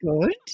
good